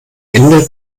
ende